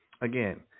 Again